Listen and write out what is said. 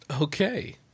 Okay